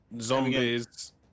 Zombies